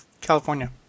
california